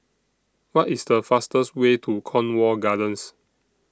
What IS The fastest Way to Cornwall Gardens